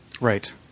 Right